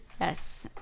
Yes